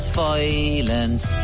violence